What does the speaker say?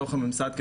בתוך הממסד,